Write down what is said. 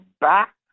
back